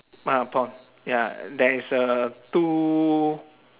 ah pond ya there is a two